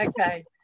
Okay